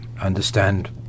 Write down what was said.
understand